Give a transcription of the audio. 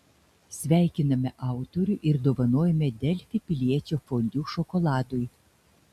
sveikiname autorių ir dovanojame delfi piliečio fondiu šokoladui